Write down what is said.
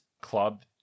club